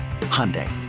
Hyundai